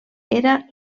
era